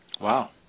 Wow